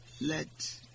Let